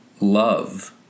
love